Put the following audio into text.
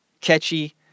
catchy